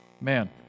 Man